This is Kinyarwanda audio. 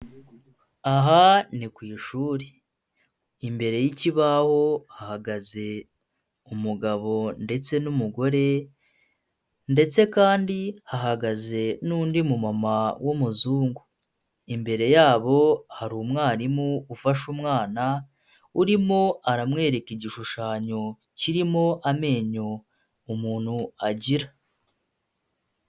Aha ni ku ishuri, imbere y'ikibaho hahagaze umugabo ndetse n'umugore, ndetse kandi hagaze n'undi mumama w'umuzungu, imbere yabo hari umwarimu ufashe umwana urimo aramwereka igishushanyo kirimo amenyo umuntu agira.